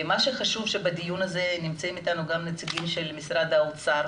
נמצאים בדיון גם נציגים של משרד האוצר,